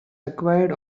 required